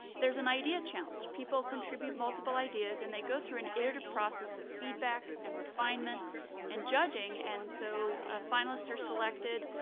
there's an idea challenge. people contribute multiple ideas, and they go through an iterative process of feedback and refinement and judging, and so finalists are selected,